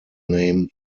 name